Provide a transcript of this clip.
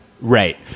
right